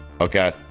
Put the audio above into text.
Okay